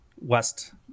West